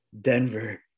Denver